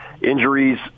injuries